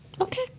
Okay